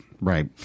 Right